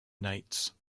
nights